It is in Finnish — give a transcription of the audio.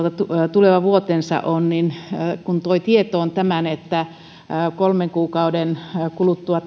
tuleva vuotensa on niin kun toi tietoon tämän että kolmen kuukauden kuluttua